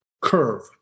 curve